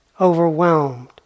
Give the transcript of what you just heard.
overwhelmed